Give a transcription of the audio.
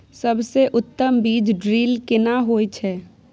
सबसे उत्तम बीज ड्रिल केना होए छै?